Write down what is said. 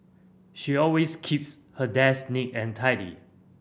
she always keeps her desk neat and tidy